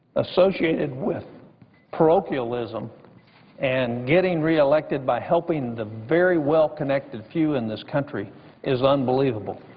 associated with parochialism and getting re-elected by helping the very well-connected few in this country is unbelievable,